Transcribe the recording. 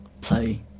play